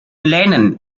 lennon